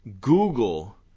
Google